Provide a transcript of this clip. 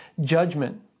judgment